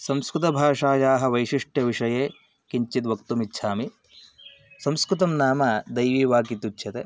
संस्कृतभाषायाः वैशिष्ट्यविषये किञ्चिद् वक्तुमिच्छामि संस्कृतं नाम दैवीवाक् इत्युच्यते